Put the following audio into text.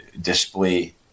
display